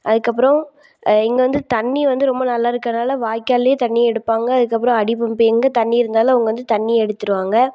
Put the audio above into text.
அதுக்கப்புறம் இங்கே வந்து தண்ணி வந்து ரொம்ப நல்லாயிருக்கிறதுனால வாய்காலேயே தண்ணியெடுப்பாங்க அதுக்கப்புறம் அடிப் பம்ப்பு எங்கே தண்ணியிருந்தாலும் அவங்க வந்து தண்ணி எடுத்துடுவாங்க